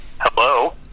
Hello